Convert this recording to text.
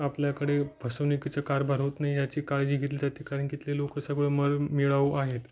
आपल्याकडे फसवणुकीचा कारभार होत नाही याची काळजी घेतली जाते कारण की इथले लोकं सर्व मनमिळाऊ आहेत